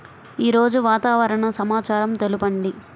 ఈరోజు వాతావరణ సమాచారం తెలుపండి